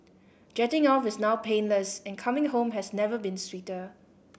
jetting off is now painless and coming home has never been sweeter